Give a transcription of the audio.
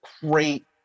great